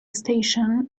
station